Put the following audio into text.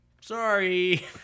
sorry